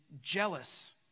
jealous